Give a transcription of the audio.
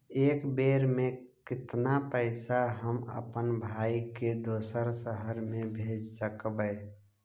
एक बेर मे कतना पैसा हम अपन भाइ के दोसर शहर मे भेज सकबै?